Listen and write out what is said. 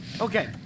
Okay